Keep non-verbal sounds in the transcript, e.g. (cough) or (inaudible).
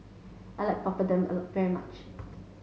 I like Papadum (unintelligible) very much